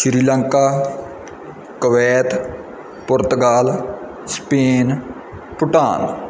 Sri Lanka Kuwait Portugal Spain Bhutan